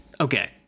Okay